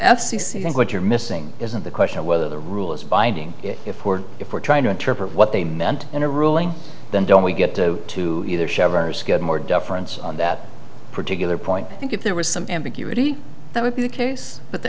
i think what you're missing isn't the question of whether the rule is binding if court if we're trying to interpret what they meant in a ruling then don't we get to to either chevron skidmore deference on that particular point i think if there was some ambiguity that would be the case but the